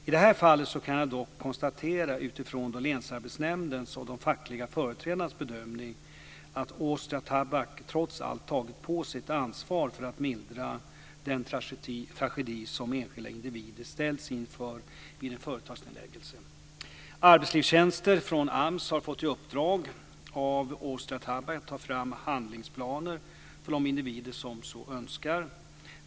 I det här fallet kan jag dock konstatera utifrån länsarbetsnämndens och de fackliga företrädarnas bedömning att Austria Tabak trots allt tagit på sig ett ansvar för att mildra den tragedi som enskilda individer ställts inför vid en företagsnedläggelse. Arbetslivstjänster från AMS har fått i uppdrag av Austria Tabak att ta fram handlingsplaner för de individer som så önskar.